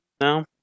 no